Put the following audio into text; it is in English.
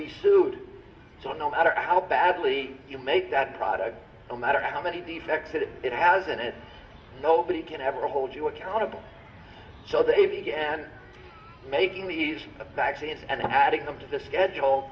be sued so no matter how badly you make that product a matter of how many defects it it hasn't it nobody can ever hold you accountable so they began making these vaccines and adding them to the schedule